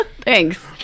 Thanks